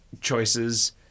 choices